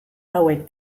hauek